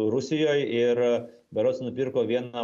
rusijoj ir berods nupirko vieną